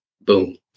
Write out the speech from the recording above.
boom